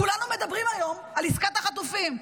כולנו מדברים היום על עסקת החטופים.